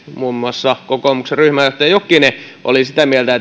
muun muassa kokoomuksen ryhmäjohtaja jokinen oli sitä mieltä